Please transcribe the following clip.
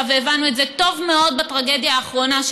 והבנו את זה טוב מאוד בטרגדיה האחרונה,